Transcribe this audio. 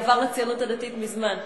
עבר לציונות הדתית מזמן.